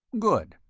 good.